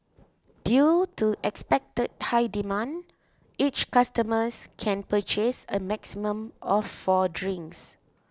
due to expected high demand each customer can purchase a maximum of four drinks